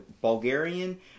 Bulgarian